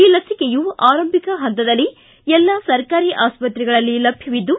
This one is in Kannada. ಈ ಲಸಿಕೆಯು ಆರಂಭಿಕ ಹಂತದಲ್ಲಿ ಎಲ್ಲಾ ಸರ್ಕಾರಿ ಆಸ್ತತೆಗಳಲ್ಲಿ ಲಭ್ಯವಿದ್ದು